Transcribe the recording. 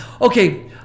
Okay